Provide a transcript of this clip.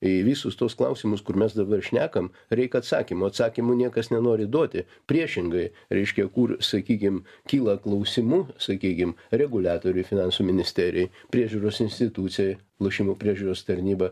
į visus tuos klausimus kur mes dabar šnekam reik atsakymo atsakymų niekas nenori duoti priešingai reiškia kur sakykim kyla klausimų sakykim reguliatoriui finansų ministerijai priežiūros institucijai lošimų priežiūros tarnyba